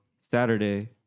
saturday